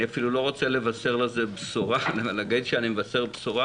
אני אפילו לא רוצה להגיד שאני מבשר בשורה,